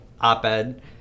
op-ed